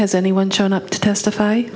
has anyone shown up to testify